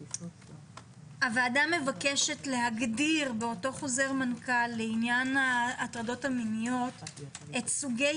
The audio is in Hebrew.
הוועדה מבקשת להגדיר באותו חוזר מנכ"ל לעניין ההטרדות המיניות את סוגי